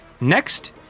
Next